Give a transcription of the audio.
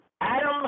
Adam